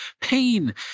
pain